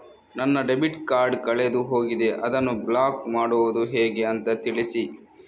ನನ್ನ debit card ಕಳೆದು ಹೋಗಿದೆ, ಅದನ್ನು ಬ್ಲಾಕ್ ಮಾಡುವುದು ಹೇಗೆ ಅಂತ ತಿಳಿಸಿ?